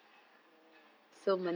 mm